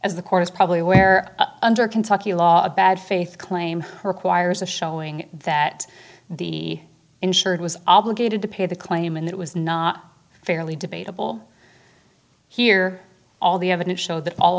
as the court is probably aware under kentucky law of bad faith claim her acquires a showing that the insured was obligated to pay the claim and it was not fairly debateable here all the evidence showed that all